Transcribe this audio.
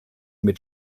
mit